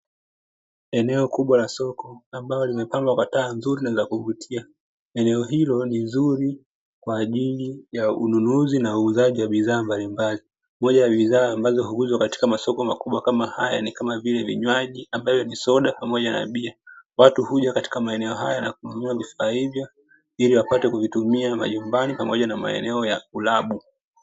Eneo kubwa la soko, ambalo limepangwa kwa taa nzuri na la kuvutia, eneo hilo ni nzuri kwa ajili ya ununuzi na uuzaji wa bidhaa mbalimbali, moja ya bidhaa ambazo huuzwa katika masoko makubwa kama haya ni kama vile vinywaji, ambavyo ni soda pamoja na bia, watu huja katika maeneo haya na kununua bidhaa hzio ili wapate kuvitumia majumbani, pamoja na maeneo ya ualabu.